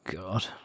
God